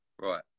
Right